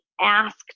asked